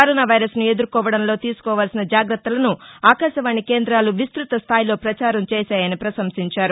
corona వైరస్ను ఎదుర్కోవడంలో తీసుకోవాల్సిన జాగ్రత్తలను ఆకాశవాణి కేంద్రాలు విస్తృత స్థాయిలో ప్రచారంచేశాయని పశంసించారు